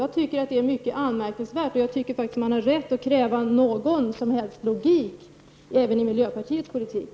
Jag tycker att det är mycket anmärkningsvärt och jag tycker att man har rätt att kräva en viss logik även i miljöpartiets politik.